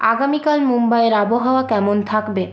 আগামীকাল মুম্বাইয়ের আবহাওয়া কেমন থাকবে